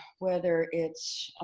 whether it's ah